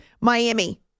Miami